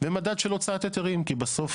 ומדד של הוצאת היתרים, כי בסוף